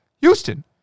Houston